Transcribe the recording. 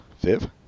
Viv